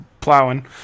plowing